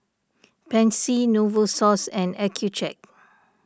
Pansy Novosource and Accucheck